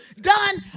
done